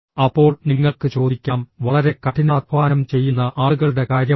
അപ്പോൾ നിങ്ങൾക്ക് ചോദിക്കാം വളരെ കഠിനാധ്വാനം ചെയ്യുന്ന ആളുകളുടെ കാര്യമോ